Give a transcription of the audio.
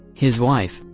his wife,